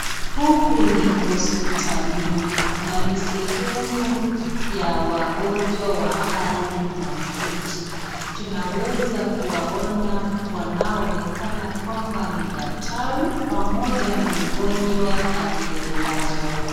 Huku ni hospitalini, na ni sehemu ya wagonjwa wa hali mahututi. Tunaweza kuwaona wanaoonekana kwamba ni daktari, pamoja na mgonjwa aliyelazwa.